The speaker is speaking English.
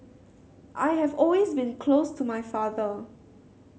I have always been close to my father